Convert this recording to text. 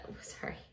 sorry